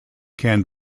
can